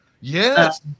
Yes